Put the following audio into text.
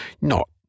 Not